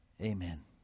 amen